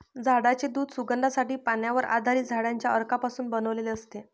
झाडांचे दूध सुगंधासाठी, पाण्यावर आधारित झाडांच्या अर्कापासून बनवलेले असते